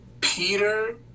Peter